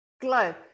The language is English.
glow